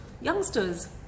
youngsters